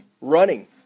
running